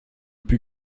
put